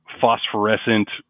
phosphorescent